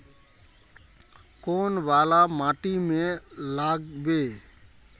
कौन वाला माटी में लागबे?